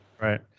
right